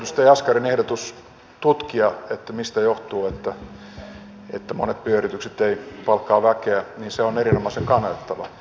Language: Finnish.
edustaja jaskarin ehdotus tutkia mistä johtuu että monet pienyritykset eivät palkkaa väkeä on erinomaisen kannatettava